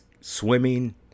swimming